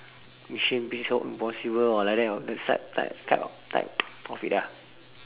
mission peace out impossible or like that of sub type kind of type of it ah